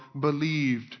believed